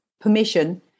permission